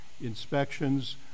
inspections